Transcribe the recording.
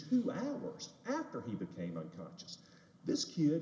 two hours after he became unconscious this kid